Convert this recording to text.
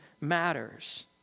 matters